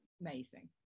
Amazing